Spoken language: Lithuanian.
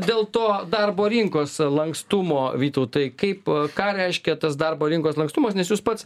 dėl to darbo rinkos lankstumo vytautai kaip ką reiškia tas darbo rinkos lankstumas nes jūs pats